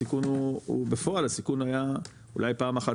הסיכון הוא בפועל הסיכון היה אולי פעם אחת